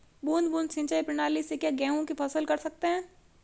बूंद बूंद सिंचाई प्रणाली से क्या गेहूँ की फसल कर सकते हैं?